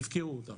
והפקירו אותם.